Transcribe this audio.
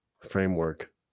Framework